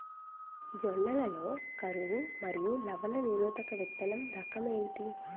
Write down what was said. జొన్న లలో కరువు మరియు లవణ నిరోధక విత్తన రకం ఏంటి?